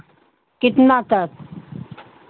कितना तक